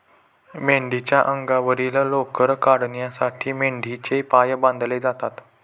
मेंढीच्या अंगावरील लोकर काढण्यासाठी मेंढ्यांचे पाय बांधले जातात